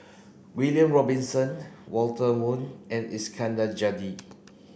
William Robinson Walter Woon and Iskandar Jalil